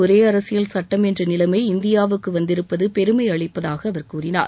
ஒரே அரசியல் சட்டம் என்ற நிலைமை இந்தியாவுக்கு வந்திருப்பது பெருமை அளிப்பதாக அவர் கூறினார்